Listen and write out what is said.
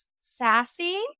sassy